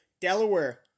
Delaware